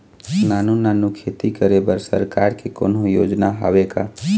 नानू नानू खेती करे बर सरकार के कोन्हो योजना हावे का?